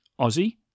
aussie